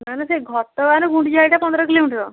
ନା ନା ସେ ଘଟଗାଁରୁ ଗୁଣ୍ଡିଚାଘାଇଟା ପନ୍ଦର କିଲୋମିଟର୍